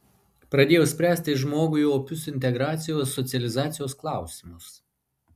pradėjo spręsti žmogui opius integracijos socializacijos klausimus